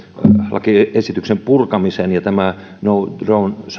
lakiesityksen purkamisen ja tämä no drone